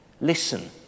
listen